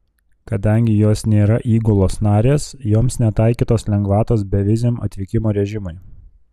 kadangi jos nėra įgulos narės joms netaikytos lengvatos beviziam atvykimo režimui